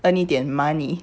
earn 一点 money